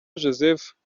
joseph